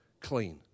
clean